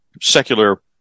secular